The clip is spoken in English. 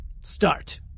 Start